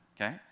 okay